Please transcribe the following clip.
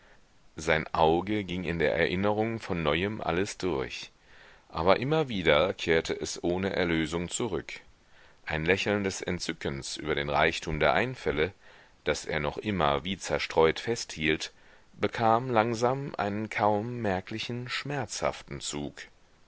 sein auge ging in der erinnerung von neuem alles durch aber immer wieder kehrte es ohne erlösung zurück ein lächeln des entzückens über den reichtum der einfälle das er noch immer wie zerstreut festhielt bekam langsam einen kaum merklichen schmerzhaften zug